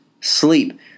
sleep